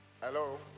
Hello